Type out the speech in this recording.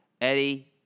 Eddie